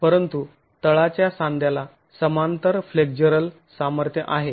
परंतु तळाच्या सांध्याला समांतर फ्लेक्झरल सामर्थ्य आहे